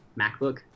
MacBook